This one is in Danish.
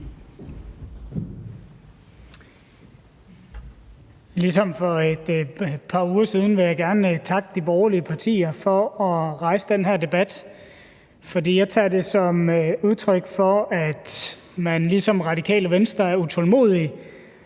Ligesom for et par uger siden vil jeg gerne takke de borgerlige partier for at rejse den her debat, for jeg tager det som udtryk for, at man ligesom Radikale Venstre er utålmodig